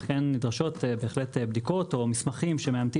לכן נדרשות בדיקות או מסמכים שמאמתים